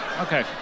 okay